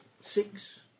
six